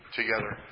together